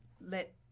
let